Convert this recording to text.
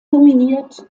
nominiert